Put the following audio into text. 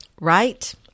right